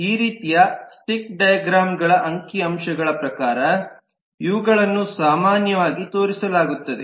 ಈ ರೀತಿಯ ಸ್ಟಿಕ್ ಡೈಗ್ರಾಮ್ಗಳ ಅಂಕಿ ಅಂಶಗಳ ಪ್ರಕಾರ ಇವುಗಳನ್ನು ಸಾಮಾನ್ಯವಾಗಿ ತೋರಿಸಲಾಗುತ್ತದೆ